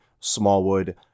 Smallwood